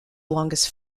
longest